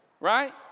right